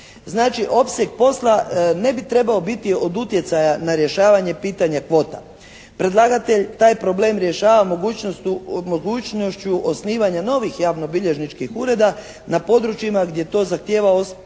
opseg posla ne bi trebao biti od utjecaja na rješavanje pitanja kvota. Predlagatelj taj problem rješava mogućnošću osnivanja novih javnobilježničkih ureda na područjima gdje to zahtijeva opseg